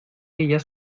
ellas